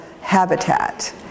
habitat